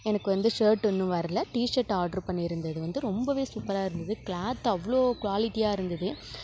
எனக்கு வந்து ஷர்ட் இன்னும் வரல டிஷர்ட் ஆர்டர் பண்ணிருந்தது வந்து ரொம்பவே சூப்பராக இருந்தது கிளாத் அவ்வளோ குவாலிட்டியாக இருந்தது